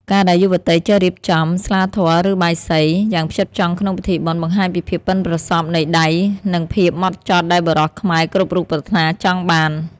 ការដែលយុវតីចេះរៀបចំ "ស្លាធម៌" ឬ "បាយសី" យ៉ាងផ្ចិតផ្ចង់ក្នុងពិធីបុណ្យ បង្ហាញពីភាពប៉ិនប្រសប់នៃដៃ និងភាពហ្មត់ចត់ដែលបុរសខ្មែរគ្រប់រូបប្រាថ្នាចង់បាន។